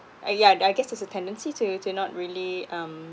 uh yeah I guess there's a tendency to to not really um